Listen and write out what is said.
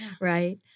right